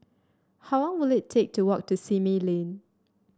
how long will it take to walk to Simei Lane